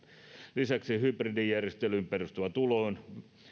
lisäksi hybridijärjestelyyn perustuva tulo on